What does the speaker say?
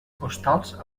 postals